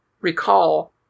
recall